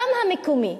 גם המקומי.